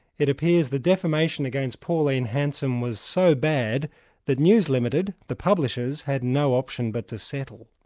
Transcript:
it appears the defamation against pauline hanson was so bad that news limited, the publishers, had no option but to settle.